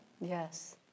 Yes